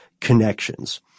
connections